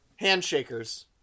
Handshakers